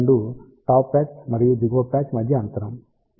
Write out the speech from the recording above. మీ Δ2 top patch మరియు దిగువ patch మధ్య అంతరం ఇది 1